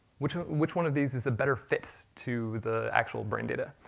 which which one of these is a better fit to the actual brain data?